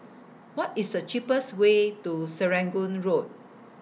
What IS The cheaper Way to Serangoon Road